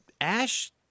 Ash